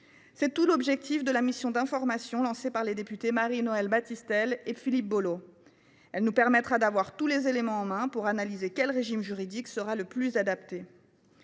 Tel est l’objectif de la mission d’information lancée par les députés Marie Noëlle Battistel et Philippe Bolo, laquelle nous permettra de disposer de tous les éléments pour analyser le régime juridique le plus adapté.